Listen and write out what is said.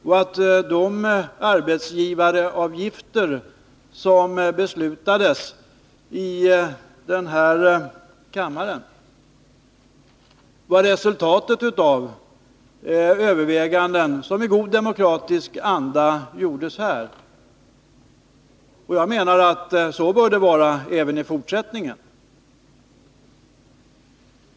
83 De arbetsgivaravgifter som beslutades i den här kammaren var resultatet av överväganden som i god demokratisk anda gjordes här i riksdagen. Jag anser att det bör vara så även i fortsättningen.